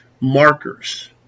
markers